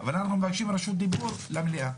אבל אנחנו מבקשים רשות דיבור למליאה.